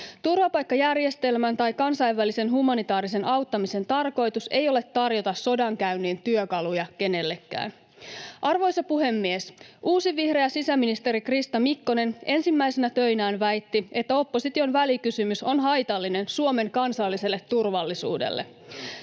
Turvapaikkajärjestelmän tai kansainvälisen humanitaarisen auttamisen tarkoitus ei ole tarjota sodankäynnin työkaluja kenellekään. Arvoisa puhemies! Uusi vihreä sisäministeri Krista Mikkonen ensimmäisinä töinään väitti, että opposition välikysymys on haitallinen Suomen kansalliselle turvallisuudelle.